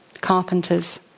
carpenters